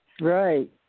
Right